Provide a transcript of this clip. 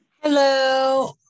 Hello